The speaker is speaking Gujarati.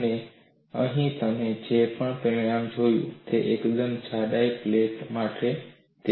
અને તમે અહીં જે પણ પરિણામ જોયું છે તે એકમ જાડાઈની અનંત પેનલ માટે છે